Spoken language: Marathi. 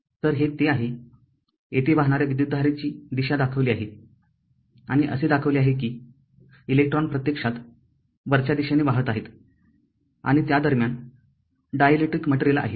तरहे ते आहे येथे वाहणाऱ्या विद्युतधारेची दिशा दाखविली आहेआणि असे दाखविले आहे कि इलेक्ट्रॉन प्रत्यक्षात वरच्या दिशेने वाहत आहेत आणि त्या दरम्यान डायलेक्ट्रिक मटेरियल आहे